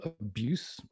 abuse